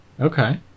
Okay